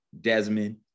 Desmond